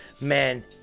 man